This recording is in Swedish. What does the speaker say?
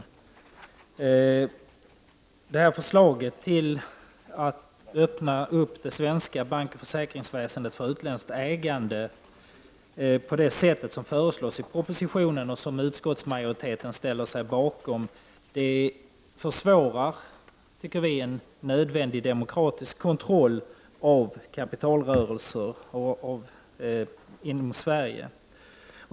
Vi tycker att detta förslag att öppna det svenska bankoch försäkringsväsendet för utländskt ägande på det sätt som föreslås i propositionen och som utskottsmajoriteten ställer sig bakom, försvårar en nödvändig demokratisk kontroll av kapitalrörelser inom Sverige.